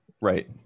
right